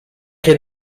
che